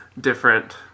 different